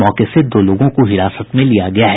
मौके से दो लोगों को हिरासत में लिया गया है